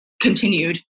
continued